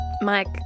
Mike